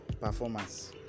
performance